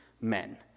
men